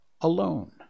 alone